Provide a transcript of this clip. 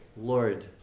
Lord